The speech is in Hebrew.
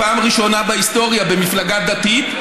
פעם ראשונה בהיסטוריה במפלגה דתית,